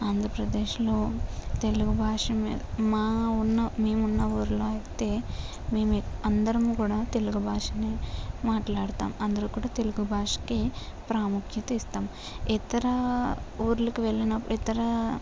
ఆంధ్రప్రదేశ్లో తెలుగు భాష మీ మా ఉన్న మేము ఉన్న ఊళ్ళో అయితే మేము మేము అందరం కూడా తెలుగు భాష మాట్లాడుతాం అందులో కూడా తెలుగు భాషకు ప్రాముఖ్యత ఇస్తాం ఇతర ఊళ్ళకి వెళ్ళిన ఇతర